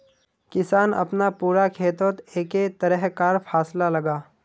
किसान अपना पूरा खेतोत एके तरह कार फासला लगाः